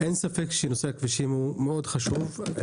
אין ספק שנושא הכבישים הוא מאוד חשוב,